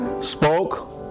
spoke